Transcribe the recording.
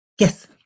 Yes